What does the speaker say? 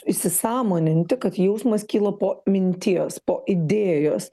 įsisąmoninti kad jausmas kyla po minties po idėjos